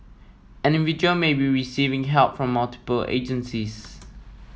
an individual may be receiving help from multiple agencies